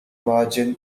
margin